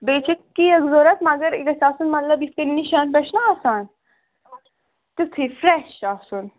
بیٚیہِ چھِ کیک ضوٚرَتھ مگر یہِ گژھِ آسُن مطلب یِتھ کٔنۍ نِشَ نۍ پٮ۪ٹھ چھِنا آسان تیُتھُے فرٛٮ۪ش آسُن